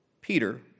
Peter